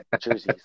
jerseys